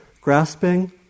grasping